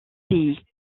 pays